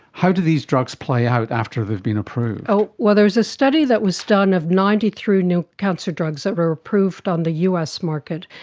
how do these drugs play out after they've been approved? so well, there's a study that was done of ninety three new cancer drugs that were approved on the us market,